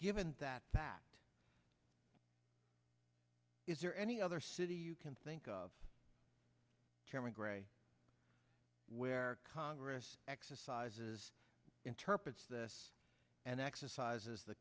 given that fact is there any other city you can think of chairman gray where congress exercises interprets this and exercises the